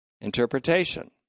interpretation